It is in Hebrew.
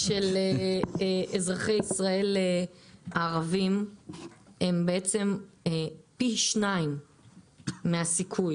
-- של אזרחי ישראל הערבים הם בעצם פי שניים מהסיכוי